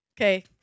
Okay